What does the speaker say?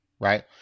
right